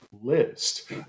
list